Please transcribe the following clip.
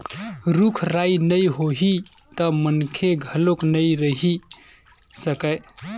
रूख राई नइ होही त मनखे घलोक नइ रहि सकय